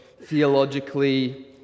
theologically